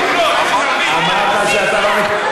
אתה מפספס את הזמן,